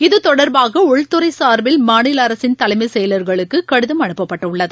இத்தொடர்பாக உள்துறைசார்பில் மாநிலஅரசின் தலைமைச்செயலர்களுக்குகடிதம் அனுப்பப்பட்டுள்ளது